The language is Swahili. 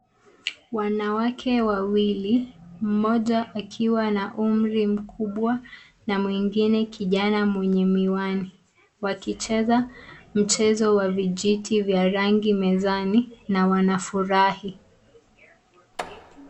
Wanawake wawili moja akiwa na umri mkubwa na mwingine kijana mwenye miwani wakicheza mchezo wa vijiti ya rangi mezani na wanafurahi.